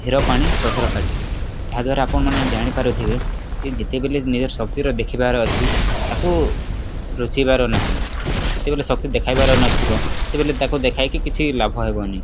ଧୀର ପାଣି ପଥର କାଟେ ଏହାଦ୍ୱାରା ଆପଣମାନେ ଜାଣିପାରୁଥିବେ ଯେ ଯେତେବେଲେ ନିଜର ଶକ୍ତିର ଦେଖିବାର ଅଛି ତାକୁ ରୁଚିବାର ନାହିଁ ଯେତେବେଲେ ଶକ୍ତି ଦେଖାଇବାର ନଥିବ ସେବେଲେ ତାକୁ ଦେଖାଇକି କିଛି ଲାଭ ହେବନି